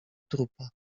trupa